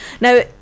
Now